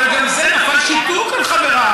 אבל גם זה, נפל שיתוק על חבריי.